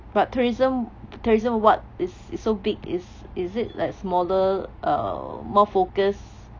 but tourism tourism what it's it's so big is it like smaller err more focused